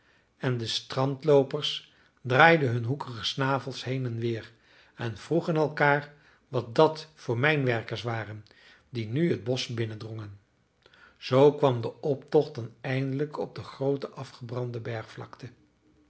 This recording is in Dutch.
en de strandloopers draaiden hun hoekige snavels heen en weer en vroegen elkaar wat dat voor mijnwerkers waren die nu het bosch binnendrongen zoo kwam de optocht dan eindelijk op de groote